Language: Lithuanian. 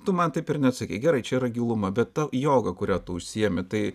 tu man taip ir neatsakei gerai čia yra giluma be to joga kurią tu užsiimi tai